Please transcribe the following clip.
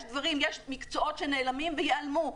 יש מקצועות שנעלמים וייעלמו.